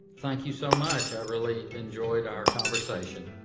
thank you so much. i really enjoyed our conversation